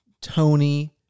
Tony